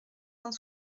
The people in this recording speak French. cent